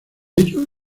ello